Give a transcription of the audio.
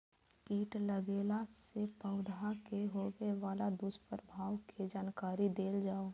कीट लगेला से पौधा के होबे वाला दुष्प्रभाव के जानकारी देल जाऊ?